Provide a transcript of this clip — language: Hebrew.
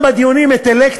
ברור.